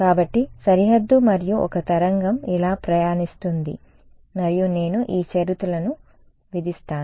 కాబట్టి సరిహద్దు మరియు ఒక తరంగం ఇలా ప్రయాణిస్తుంది మరియు నేను ఈ షరతును విధిస్తాను